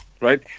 Right